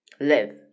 live